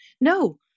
No